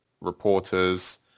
reporters